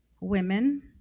women